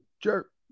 Jerk